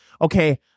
okay